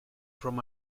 from